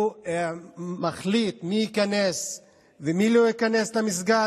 הוא מחליט מי ייכנס ומי לא ייכנס למסגד.